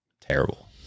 terrible